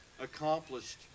accomplished